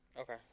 Okay